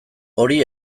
hori